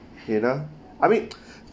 I mean